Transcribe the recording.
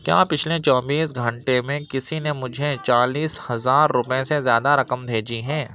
کیا پچھلے چوبیس گھنٹے میں کسی نے مجھے چالیس ہزار روپئے سے زیادہ رقم بھیجی ہے